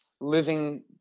living